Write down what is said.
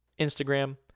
Instagram